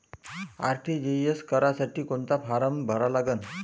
RTGS करासाठी कोंता फारम भरा लागन?